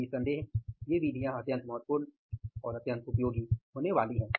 तो निस्संदेह ये विधियाँ अत्यंत महत्वपूर्ण और अत्यंत उपयोगी होनी वाली हैं